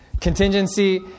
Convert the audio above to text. contingency